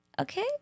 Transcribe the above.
Okay